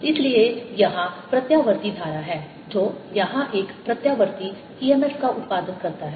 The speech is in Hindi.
इसलिए यहां प्रत्यावर्ती धारा है जो यहां एक प्रत्यावर्ती EMF का उत्पादन करता है